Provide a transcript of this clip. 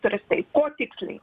turistai ko tiksliai